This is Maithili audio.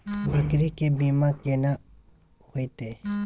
बकरी के बीमा केना होइते?